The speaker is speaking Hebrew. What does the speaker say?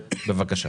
בבקשה.